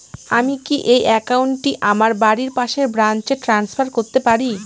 আমি কি এই একাউন্ট টি আমার বাড়ির পাশের ব্রাঞ্চে ট্রান্সফার করতে পারি?